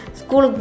school